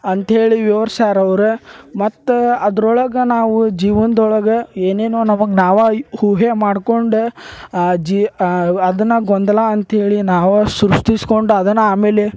ಅಂತ್ಹೇಳಿ ವಿವರ್ಸ್ಯಾರ ಅವ್ರು ಮತ್ತು ಅದ್ರೊಳಗೆ ನಾವು ಜೀವನದೊಳಗ ಏನೇನೊ ನಮಗೆ ನಾವು ಈ ಊಹೆ ಮಾಡ್ಕೊಂಡು ಜಿ ಅದನ್ನು ಗೊಂದಲ ಅಂತ್ಹೇಳಿ ನಾವು ಸೃಷ್ಟಿಸ್ಕೊಂಡು ಅದನ್ನು ಆಮೇಲೆ